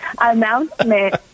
announcement